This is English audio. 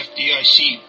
FDIC